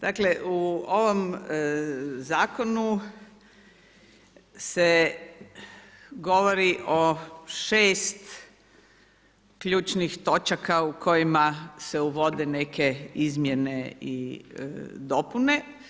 Dakle u ovom zakonu se govori o 6 ključnih točaka u kojima se uvode neke izmjene i dopune.